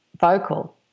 vocal